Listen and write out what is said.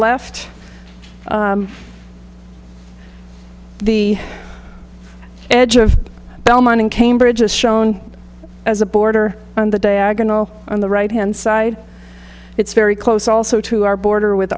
left the edge of belmont in cambridge is shown as a border on the diagonal on the right hand side it's very close also to our border with